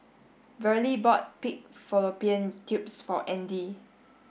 Verlie bought pig Fallopian tubes for Audy